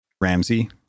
Ramsey